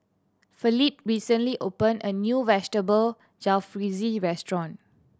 Felipe recently opened a new Vegetable Jalfrezi Restaurant